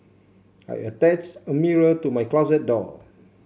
I attached a mirror to my closet door